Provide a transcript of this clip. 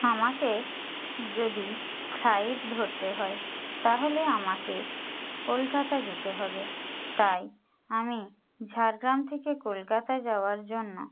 আমাকে যদি ফ্লাইট ধরতে হয় তাহলে আমাকে কলকাতা যেতে হবে তাই আমি ঝাড়গ্রাম থেকে কলকাতা যাওয়ার জন্য